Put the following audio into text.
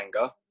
anger